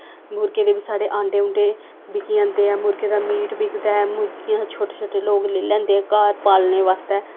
मुर्गोें दे बी साढ़े आंडे उंडे बिकी जंदे ऐ मुर्गे दा मीट बिकदा ऐ मुर्गियां छोटे छोटे लोक लेई लैंदे घर पालने बास्तै